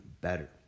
better